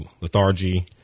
lethargy